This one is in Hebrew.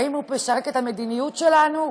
האם הוא משרת את המדיניות שלנו?